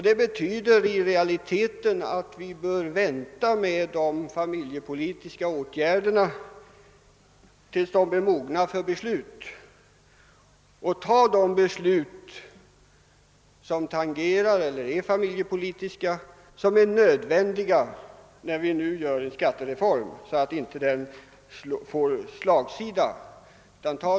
Det betyder i realiteten att vi bör vänta med att genomföra nya familjepolitiska åtgärder tills vi har fått en samlad bedömning och endast fatta beslut i fråga om sådana familjepolitiska åtgärder som är nödvändiga för att skattereformen inte skall få slagsida.